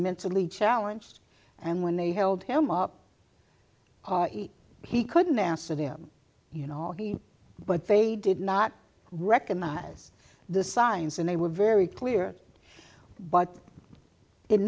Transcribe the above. mentally challenged and when they held him up he couldn't answer them you know but they did not recognize the signs and they were very clear but it